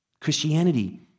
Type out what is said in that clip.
Christianity